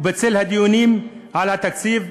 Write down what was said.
ובצל הדיונים על התקציב,